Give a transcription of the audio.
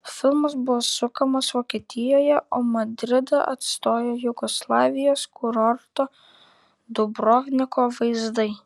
filmas buvo sukamas vokietijoje o madridą atstojo jugoslavijos kurorto dubrovniko vaizdai